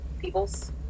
peoples